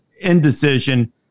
indecision